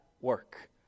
work